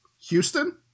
Houston